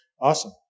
Awesome